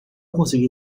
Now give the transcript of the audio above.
consegui